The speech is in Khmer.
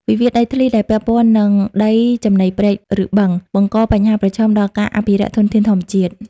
វិវាទដីធ្លីដែលពាក់ព័ន្ធនឹងដីចំណីព្រែក ឬបឹង បង្កបញ្ហាប្រឈមដល់ការអភិរក្សធនធានធម្មជាតិ។